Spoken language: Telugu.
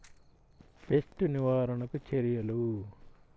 పెస్ట్ నివారణకు చర్యలు?